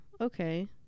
okay